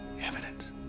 evidence